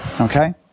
okay